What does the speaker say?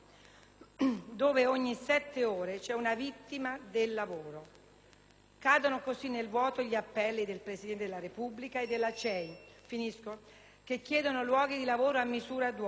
dove ogni sette ore c'è una vittima del lavoro. Cadono così nel vuoto gli appelli del Presidente della Repubblica e della CEI, che chiedono luoghi di lavoro a misura d'uomo: